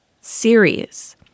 series